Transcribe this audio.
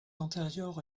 antérieure